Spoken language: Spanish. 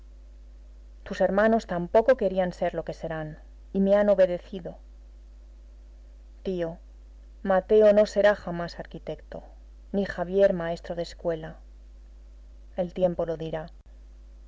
tus hermanos tampoco querían ser lo que serán y me han obedecido tío mateo no será jamás arquitecto ni javier maestro de escuela el tiempo lo dirá